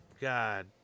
God